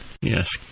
Yes